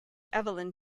evelyn